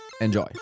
Enjoy